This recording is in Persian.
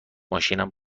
ماشینم